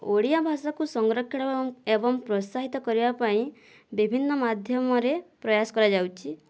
ଓଡ଼ିଆ ଭାଷାକୁ ସଂରକ୍ଷଣ ଏବଂ ପ୍ରତ୍ସାହିତ କରିବା ପାଇଁ ବିଭିନ୍ନ ମାଧ୍ୟମରେ ପ୍ରୟାସ କରାଯାଉଛି